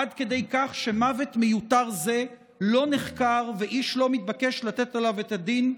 עד כדי כך שמוות מיותר זה לא נחקר ואיש לא מתבקש לתת עליו את הדין?